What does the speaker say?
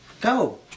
Go